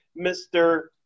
Mr